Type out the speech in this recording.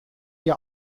wir